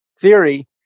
theory